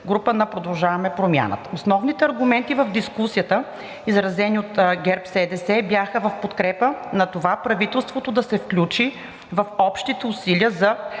група на „Продължаваме Промяната“. Основните аргументи в дискусията, изразени от ГЕРБ-СДС, бяха в подкрепа на това правителството да се включи в общите усилия за